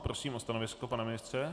Prosím o stanovisko, pane ministře.